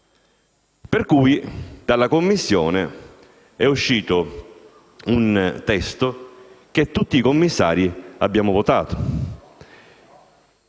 per cui dalla Commissione è uscito un testo che tutti noi commissari abbiamo votato.